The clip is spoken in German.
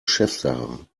chefsache